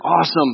Awesome